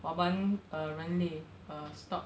我们 uh 人类 uh stop